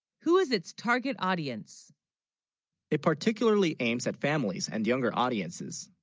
who is its target audience it particularly aims at families and younger audiences